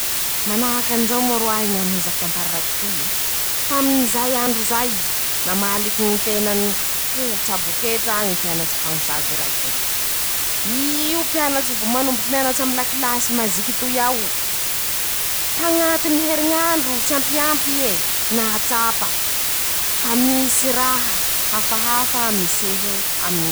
Manahaky anizao moa roahy ñy hanohizako tantara raiky toy e: -"Taminy zay andro zay ,namaliky ñy tenany ho traboketra ñy mpianatsy mpañosavy raike ,i io mpianatsy vo manomboky mianatsy aminy lakilasy maziky toy ao ,tañatiny heriñandro tsy ampiampy ie ,nahatsapa fa misy raha hafahafa miseho aminy ñ."